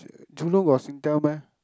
Jurong got Singtel meh